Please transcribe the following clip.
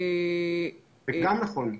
זה גם נכון.